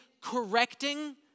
correcting